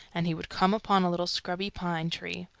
and he would come upon a little scrubby pine tree.